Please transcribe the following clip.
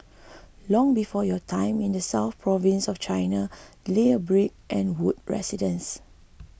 long before your time in the south province of China lay a brick and wood residence